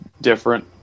different